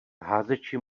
házeči